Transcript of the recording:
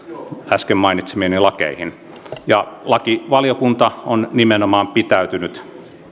äsken mainitsemiini lakeihin lakivaliokunta on nimenomaan pitäytynyt